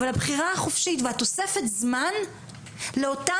אבל הבחירה החופשית והתוספת זמן לאותם